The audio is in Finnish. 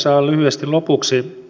aivan lyhyesti lopuksi